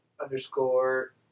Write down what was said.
underscore